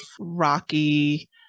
rocky